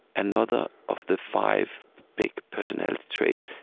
another of the five big personality traits,